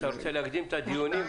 אתה רוצה להקדים את הדיונים?